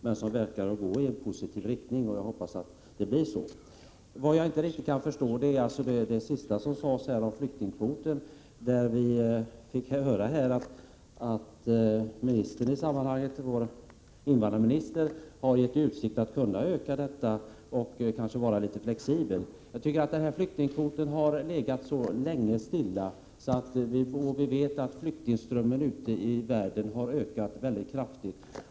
Det hela verkar gå i positiv riktning, och jag hoppas att vi snart skall kunna fatta beslut i dessa frågor. Vad jag inte riktigt kan förstå är det som Maud Björnemalm i slutet av sitt anförande sade om flyktingkvoten. Vi fick höra att invandrarministern har ställt i utsikt att i detta avseende vara flexibel och vid behov eventuellt öka kvoten. Flyktingkvoten har legat stilla länge, medan flyktingströmmen i världen har ökat kraftigt.